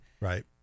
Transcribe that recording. right